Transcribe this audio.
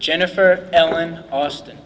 jennifer ellen austin